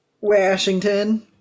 Washington